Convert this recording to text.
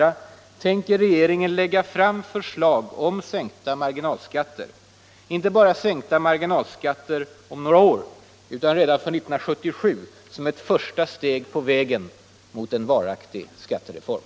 Avser regeringen att lägga fram förslag om sänkta marginalskatter, inte bara sänkta marginalskatter om några år, utan redan för 1977 såsom ett första steg på vägen mot en varaktig skattereform?